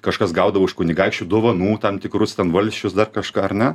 kažkas gaudavo iš kunigaikščių dovanų tam tikrus ten valsčius dar kažką ar ne